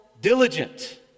diligent